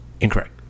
Incorrect